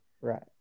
right